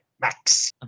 Max